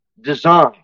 design